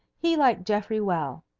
he liked geoffrey well.